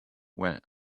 well